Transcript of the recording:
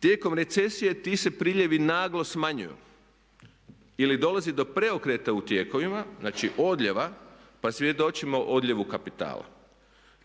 Tijekom recesije ti se priljevi naglo smanjuju ili dolazi do preokreta u tijekovima znači odljeva pa svjedočimo odljevu kapitala